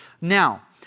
Now